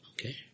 Okay